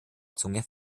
zunge